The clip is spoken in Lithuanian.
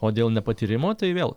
o dėl nepatyrimo tai vėl